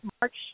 March